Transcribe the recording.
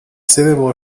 célèbre